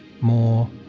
more